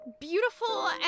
beautiful